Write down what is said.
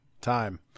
time